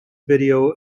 video